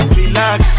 relax